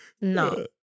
No